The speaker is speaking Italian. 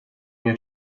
mia